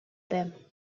them